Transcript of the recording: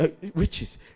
riches